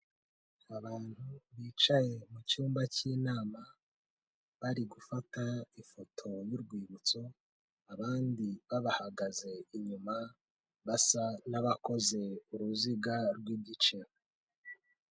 Abantu bicaye mu cyumba cy'inama bari gufata ifoto y'urwibutso abandi babahagaze inyuma basa n'abakoze uruziga rw'igice.